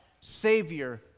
Savior